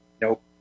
nope